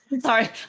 sorry